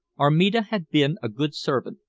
armida had been a good servant,